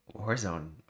Warzone